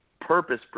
purpose